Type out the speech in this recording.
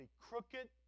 crooked